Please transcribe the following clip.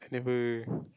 never